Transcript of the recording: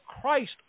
Christ